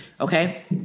Okay